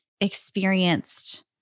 experienced